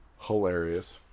Hilarious